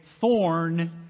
thorn